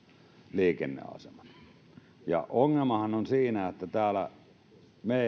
liikenneasemat ongelmahan on siinä että me